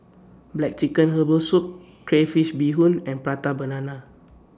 Black Chicken Herbal Soup Crayfish Beehoon and Prata Banana